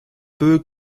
peut